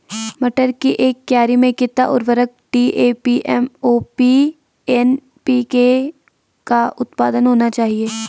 मटर की एक क्यारी में कितना उर्वरक डी.ए.पी एम.ओ.पी एन.पी.के का अनुपात होना चाहिए?